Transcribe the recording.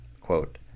Quote